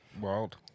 Wild